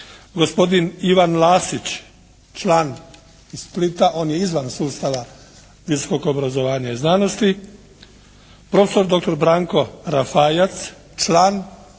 gospodin Ivan Lasić član iz Splita, on je izvan sustav visokog obrazovanja i znanosti, profesor doktor Branko Rafajac član